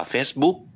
Facebook